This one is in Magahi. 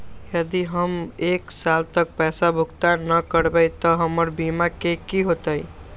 यदि हम एक साल तक पैसा भुगतान न कवै त हमर बीमा के की होतै?